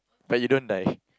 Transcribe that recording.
but you don't die